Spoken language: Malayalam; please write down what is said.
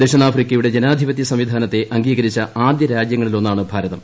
ദക്ഷിണാഫ്രിക്കയുടെ ജനാധിപത്യ സംവിധാനത്തെ അംഗീകരിച്ച ആദ്യ രാജ്യങ്ങളിലൊന്നാണ് ഭാരതം